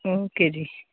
okay ਜੀ